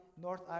North